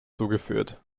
zugeführt